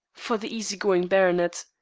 for the easy-going baronet.